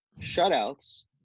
shutouts